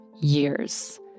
years